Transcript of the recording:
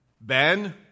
Ben